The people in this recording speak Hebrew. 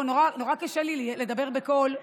מאוד קשה לי לדבר בקול.